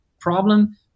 problem